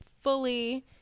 fully